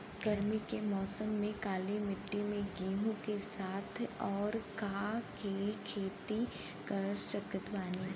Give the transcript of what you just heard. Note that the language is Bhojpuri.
गरमी के मौसम में काली माटी में गेहूँ के साथ और का के खेती कर सकत बानी?